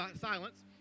Silence